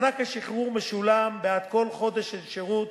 מענק השחרור משולם בעד כל חודש של שירות,